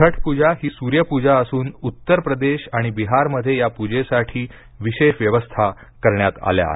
छठ पूजा ही सूर्य पूजा असून उत्तर प्रदेश आणि बिहार मध्ये या पूजेसाठी विशेष व्यवस्था करण्यात आल्या आहेत